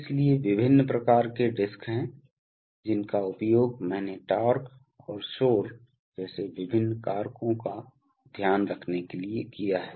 इसलिए विभिन्न प्रकार के डिस्क हैं जिनका उपयोग मैंने टॉर्क और शोर जैसे विभिन्न कारकों का ध्यान रखने के लिए किया है